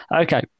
Okay